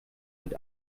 mit